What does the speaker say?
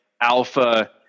alpha